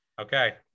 Okay